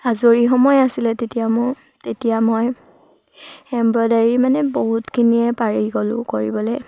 আজৰি সময় আছিলে তেতিয়া মোৰ তেতিয়া মই এম্ব্ৰইডাৰী মানে বহুতখিনিয়ে পাৰি গ'লোঁ কৰিবলৈ